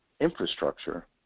infrastructure